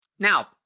Now